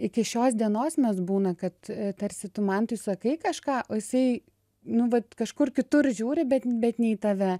iki šios dienos mes būna kad tarsi tu mantui tai sakai kažką o jisai nu vat kažkur kitur žiūri bet bet ne į tave